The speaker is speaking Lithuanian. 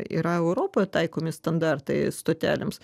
yra europoje taikomi standartai stotelėms